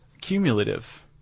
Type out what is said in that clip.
cumulative